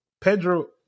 Pedro